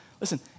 listen